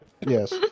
Yes